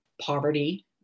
poverty